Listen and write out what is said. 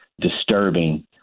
disturbing